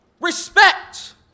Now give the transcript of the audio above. respect